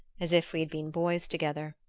as if we had been boys together.